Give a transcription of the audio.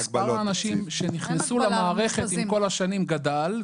מספר האנשים שנכנסו למערכת במהלך השנים גדל,